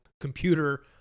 computer